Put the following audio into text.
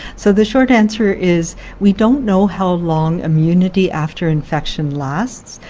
so the short answer is we don't know how long immunity after infection lasts,